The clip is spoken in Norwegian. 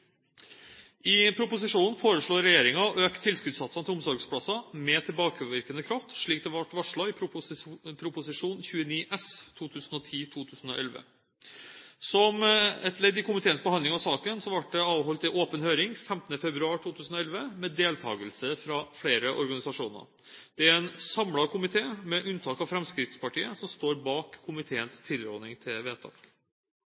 I proposisjonen foreslår regjeringen å øke tilskuddssatsene til omsorgsplasser med tilbakevirkende kraft, slik det ble varslet i Prop 29 S for 2010–2011. Som et ledd i komiteens behandling av saken ble det avholdt en åpen høring 15. februar 2011 med deltakelse fra flere organisasjoner. Det er en samlet komité, med unntak av Fremskrittspartiet, som står bak